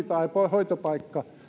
hoitopaikka